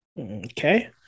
Okay